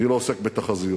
אני לא עוסק בתחזיות,